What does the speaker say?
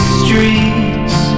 streets